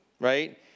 right